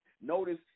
Notice